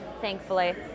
thankfully